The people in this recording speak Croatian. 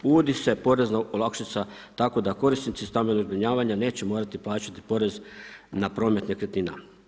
Uvodi se porezna olakšica tako da korisnici stambenog zbrinjavanja neće morati plaćati porez na promet nekretnina.